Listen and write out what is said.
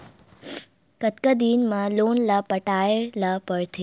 कतका दिन मा लोन ला पटाय ला पढ़ते?